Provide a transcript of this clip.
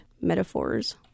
metaphors